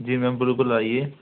जी ma'am बिलकुल लाइए